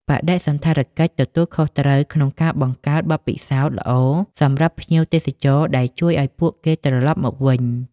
បដិសណ្ឋារកិច្ចទទួលខុសត្រូវក្នុងការបង្កើតបទពិសោធន៍ល្អសម្រាប់ភ្ញៀវទេសចរដែលជួយឲ្យពួកគេត្រឡប់មកវិញ។